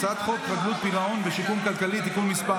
הצעת חוק חדלות פירעון ושיקום כלכלי (תיקון מס'